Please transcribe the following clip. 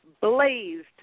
blazed